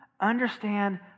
Understand